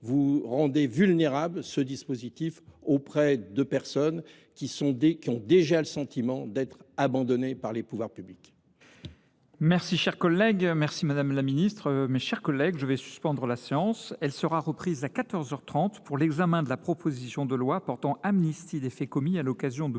vous rendrez vulnérable ce dispositif, qui concerne des personnes ayant déjà le sentiment d’être abandonnées par les pouvoirs publics.